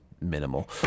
minimal